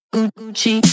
Gucci